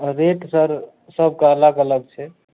rate sir सबके अलग अलग छै